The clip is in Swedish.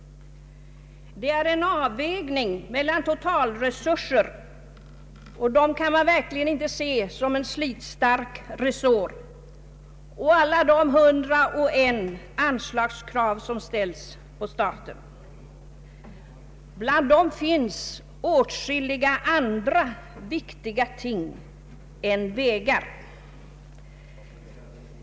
Det är en avvägning mellan totalresurserna — och dem kan man verkligen inte se som en slitstark resår — och alla de hundra och ett anslagskrav som ställs på staten. Bland dem finns åtskilliga andra viktiga ting än vägar.